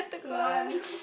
juan